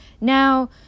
Now